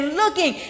looking